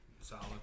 Solid